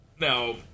Now